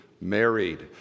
married